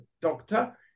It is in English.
doctor